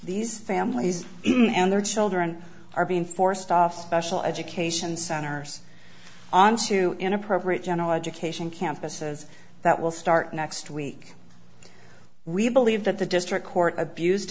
these families and their children are being forced off special education centers onto inappropriate general education campuses that will start next week we believe that the district court abused